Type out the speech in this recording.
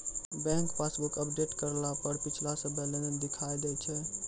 bank passbook update करला पर पिछला सभ्भे लेनदेन दिखा दैय छै